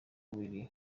umubiri